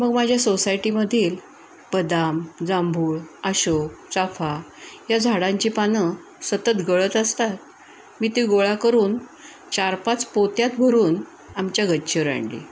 मग माझ्या सोसायटीमधील बदाम जांभूळ अशोक चाफा या झाडांची पानं सतत गळत असतात मी ती गोळा करून चारपाच पोत्यात भरून आमच्या गच्चीवर आणली